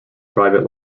private